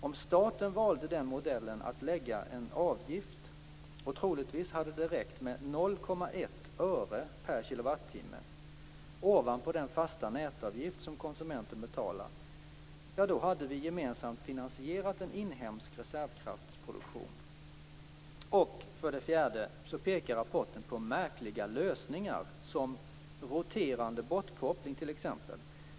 Om staten valde den modellen att lägga en avgift - troligtvis hade det räckt med 0,1 öre per kwh - ovanpå den fasta nätavgift som konsumenten betalar, då hade vi gemensamt finansierat en inhemsk reservkraftsproduktion. För det fjärde pekar rapporten på märkliga lösningar som "roterande bortkoppling".